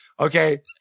Okay